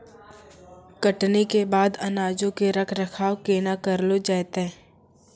कटनी के बाद अनाजो के रख रखाव केना करलो जैतै?